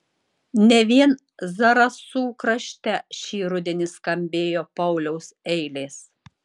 ne vien zarasų krašte šį rudenį skambėjo pauliaus eilės